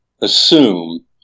assume